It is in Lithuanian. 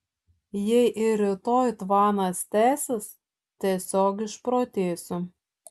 jei ir rytoj tvanas tęsis tiesiog išprotėsiu